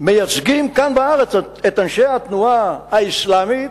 מייצגים כאן בארץ את אנשי התנועה האסלאמית,